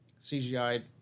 CGI